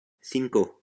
cinco